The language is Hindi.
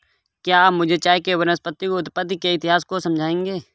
क्या आप मुझे चाय के वानस्पतिक उत्पत्ति के इतिहास को समझाएंगे?